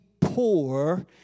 poor